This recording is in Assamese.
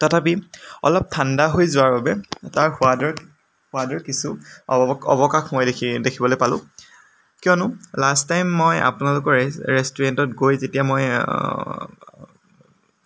তথাপি অলপ ঠাণ্ডা হৈ যোৱাৰ বাবে তাৰ সোৱাদৰ সোৱাদৰ কিছু অৱকাশ মই দেখিবলৈ পালোঁ কিয়নো লাষ্ট টাইম মই আপোনালোকৰ ৰেষ্টোৰেণ্টত গৈ যেতিয়া মই